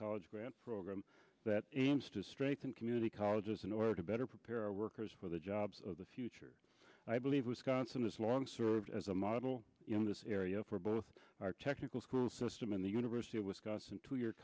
college grant program that aims to strengthen community colleges in order to better prepare our workers for the jobs of the future i believe wisconsin has long served as a model in this area for both our technical school system and the university of wisconsin two year